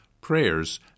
prayers